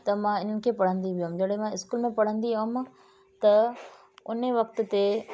त मां हिनखे पढ़ंदी हुअमि जॾहिं मां स्कूल में पढ़ंदी हुअमि त हुन वक़्त ते